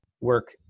work